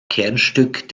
kernstück